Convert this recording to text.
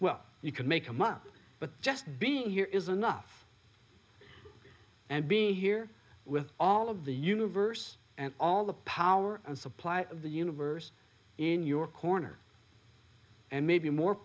well you could make them up but just being here is enough and being here with all of the universe and all the power and supply of the universe in your corner and maybe more